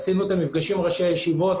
עשינו את המפגשים עם ראשי הישיבות.